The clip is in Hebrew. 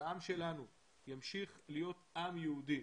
שהעם שלנו ימשיך להיות עם יהודי